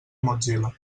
mozilla